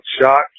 shot